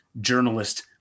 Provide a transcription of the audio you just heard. journalist